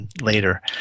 later